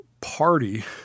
party